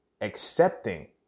accepting